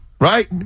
right